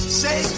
say